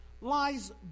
lies